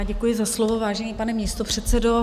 Děkuji za slovo, vážený pane místopředsedo.